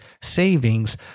savings